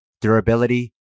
durability